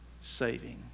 saving